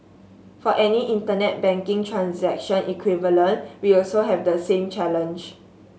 for any Internet banking transaction equivalent we also have the same challenge